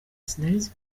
sinarinzi